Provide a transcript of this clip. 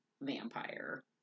vampire